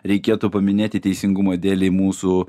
reikėtų paminėti teisingumo dėlei mūsų